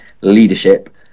leadership